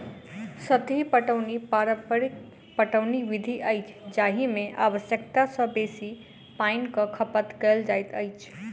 सतही पटौनी पारंपरिक पटौनी विधि अछि जाहि मे आवश्यकता सॅ बेसी पाइनक खपत कयल जाइत अछि